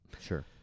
sure